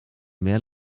mehr